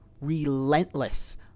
Relentless